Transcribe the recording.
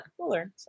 cooler